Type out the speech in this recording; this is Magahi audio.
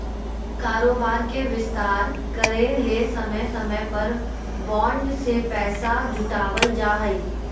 कारोबार के विस्तार करय ले समय समय पर बॉन्ड से पैसा जुटावल जा हइ